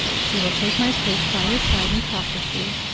she will take my place by your side and talk with you.